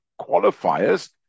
qualifiers